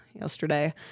yesterday